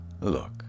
Look